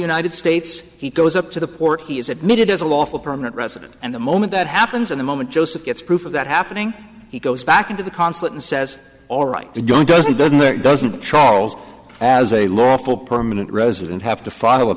united states he goes up to the port he is admitted as a lawful permanent resident and the moment that happens in the moment joseph gets proof of that happening he goes back into the consulate and says all right they don't doesn't doesn't that doesn't charles as a lawful permanent resident have to follow a